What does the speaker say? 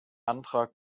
antrag